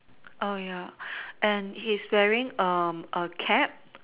err ya and he's wearing um a cap